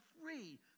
free